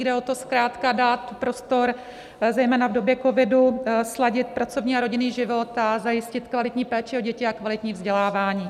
Jde zkrátka o to, dát prostor zejména v době covidu sladit pracovní a rodinný život a zajistit kvalitní péči o děti a kvalitní vzdělávání.